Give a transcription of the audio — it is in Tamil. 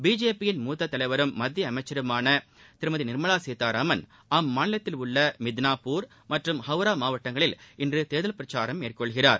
பிஜேபி மூத்த தலைவரும் மத்திய அமைச்சருமான திருமதி நிர்மலா சீதாராமன் அம்மாநிலத்தில் உள்ள மித்னாபூர் மற்றும் ஹெவ்ரா மாவட்டங்களில் இன்று தேர்தல் பிரச்சாரம் மேற்கொள்கிறார்